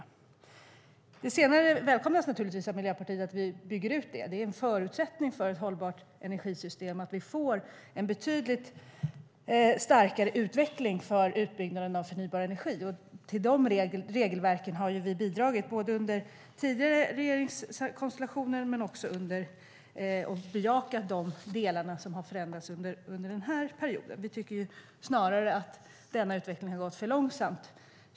Att vi bygger ut de senare välkomnas naturligtvis av Miljöpartiet. Det är en förutsättning för ett hållbart energisystem att vi får en betydligt starkare utveckling av utbyggnaden av förnybar energi. Vi har bidragit till de regelverken under tidigare regeringskonstellationer och bejakat de delar som har förändrats under den här perioden. Vi tycker snarare att denna utveckling har gått för långsamt.